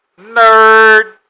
Nerd